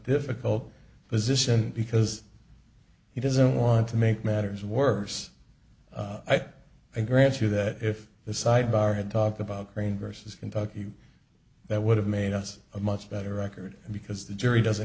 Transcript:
difficult position because he doesn't want to make matters worse i grant you that if the sidebar had talked about green versus kentucky that would have made us a much better record because the jury doesn't